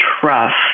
trust